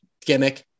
gimmick